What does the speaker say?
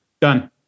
Done